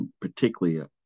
particularly